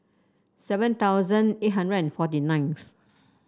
seven thousand eight hundred and forty ninth